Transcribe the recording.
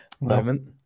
moment